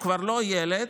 הוא כבר לא ילד,